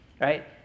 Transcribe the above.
right